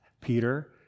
Peter